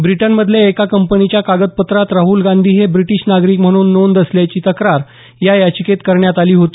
ब्रिटनमधल्या एका कंपनीच्या कागदपत्रात राहल गांधी हे ब्रिटीश नागरिक म्हणून नोंद असल्याची तक्रार या याचिकेत करण्यात आली होती